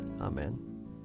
Amen